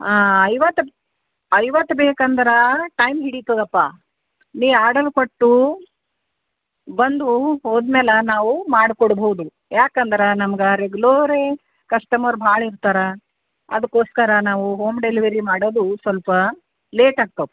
ಹಾಂ ಐವತ್ತು ಐವತ್ತು ಬೇಕು ಅಂದ್ರೆ ಟೈಮ್ ಹಿಡೀತದಪ್ಪಾ ನೀ ಆರ್ಡರ್ ಕೊಟ್ಟು ಬಂದು ಹೋದ್ಮೇಲೆ ನಾವು ಮಾಡ್ಕೊಡ್ಬೌದು ಯಾಕಂದ್ರೆ ನಮ್ಗೆ ರೆಗ್ಯುಲೋರೆ ಕಸ್ಟಮರ್ ಭಾಳ ಇರ್ತಾರೆ ಅದಕ್ಕೋಸ್ಕರ ನಾವು ಹೋಮ್ ಡೆಲಿವರಿ ಮಾಡೋದು ಸ್ವಲ್ಪ ಲೇಟ್ ಆಗ್ತವೆ